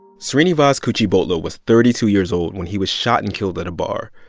srinivas kuchibhotla was thirty two years old when he was shot and killed at a bar.